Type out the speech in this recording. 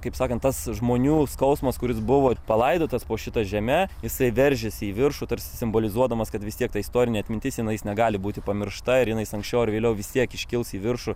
kaip sakant tas žmonių skausmas kuris buvo palaidotas po šita žeme jisai veržiasi į viršų tarsi simbolizuodamas kad vis tiek ta istorinė atmintis ji na negali būti pamiršta ir jinai anksčiau ar vėliau vis tiek iškils į viršų